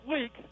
week